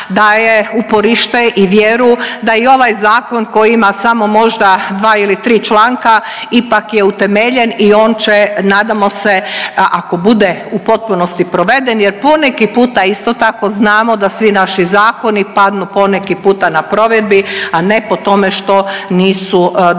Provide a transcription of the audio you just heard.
daje uporište i vjeru da i ovaj zakon koji ima samo možda dva ili tri članka ipak je utemeljen i on će nadamo se ako bude u potpunosti proveden, jer poneki puta isto tako znamo da svi naši zakoni padnu po neki puta na provedbi, a ne po tome što nisu dobro